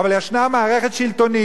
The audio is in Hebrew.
שזה פרקליטות המדינה,